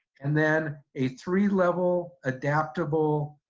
and then a three-level adaptable